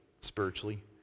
spiritually